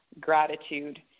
gratitude